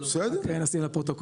את זה נשים בפרוטוקול.